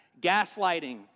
gaslighting